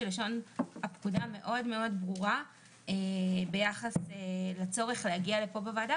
לשון הפקודה מאוד ברורה ביחס לצורך להגיע לפה לוועדה,